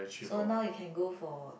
so now you can go for